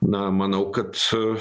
na manau kad